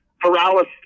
paralysis